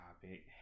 topic